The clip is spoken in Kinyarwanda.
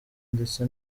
ndetse